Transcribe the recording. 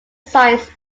science